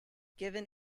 given